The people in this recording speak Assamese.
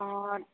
অঁ